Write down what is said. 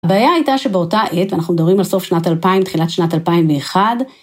הבעיה הייתה שבאותה עת, ואנחנו מדברים על סוף שנת 2000, תחילת שנת 2001